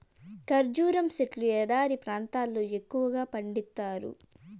ఖర్జూరం సెట్లు ఎడారి ప్రాంతాల్లో ఎక్కువగా పండిత్తారు